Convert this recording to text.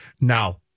Now